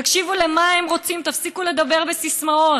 תקשיבו מה הם רוצים, תפסיקו לדבר בסיסמאות.